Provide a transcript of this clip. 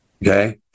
Okay